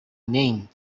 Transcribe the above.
name